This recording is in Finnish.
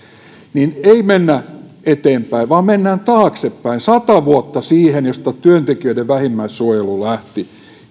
ei mennä eteenpäin vaan mennään taaksepäin sata vuotta siihen mistä työntekijöiden vähimmäissuojelu lähti